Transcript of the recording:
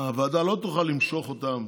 הוועדה לא תוכל למשוך אותם